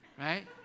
Right